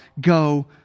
go